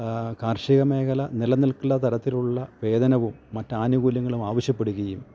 കാർഷിക മേഖല നിലനിൽക്കില്ല തരത്തിലുള്ള വേതനവും മറ്റ് ആനുകൂല്യങ്ങളും ആവശ്യപ്പെടുകയും